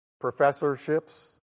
professorships